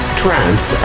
trance